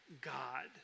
God